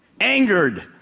angered